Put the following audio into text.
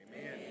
Amen